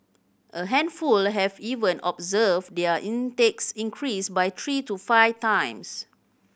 a handful have even observed their intakes increase by three to five times